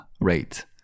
rate